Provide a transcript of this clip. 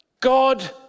God